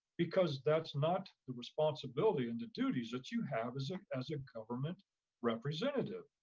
because that's not the responsibility and the duties that you have as as a government representative.